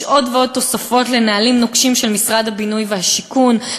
יש עוד ועוד תוספות לנהלים נוקשים של משרד הבינוי והשיכון,